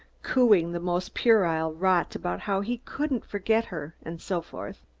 cooing the most puerile rot about how he couldn't forget her and so forth.